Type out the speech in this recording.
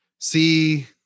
See